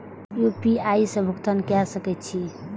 UPI से भुगतान क सके छी?